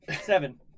Seven